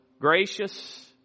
gracious